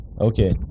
okay